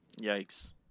Yikes